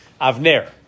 Avner